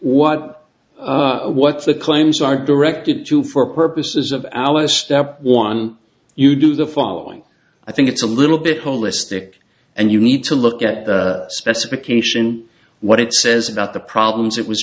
what what the claims are directed to for purposes of our step one you do the following i think it's a little bit holistic and you need to look at the specification what it says about the problems it was